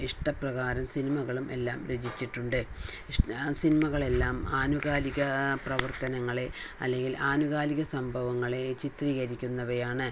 ഇഷ്ടപ്രകാരം സിനിമകളും എല്ലാം രചിച്ചിട്ടുണ്ട് സിനിമകളെല്ലാം ആനുകാലിക പ്രവർത്തനങ്ങളെ അല്ലെങ്കിൽ ആനുകാലിക സംഭവങ്ങളെ ചിത്രീകരിക്കുന്നവയാണ്